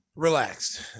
Relaxed